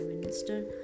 minister